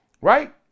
right